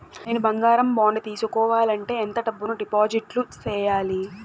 నేను బంగారం బాండు తీసుకోవాలంటే ఎంత డబ్బును డిపాజిట్లు సేయాలి?